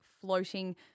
floating